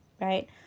right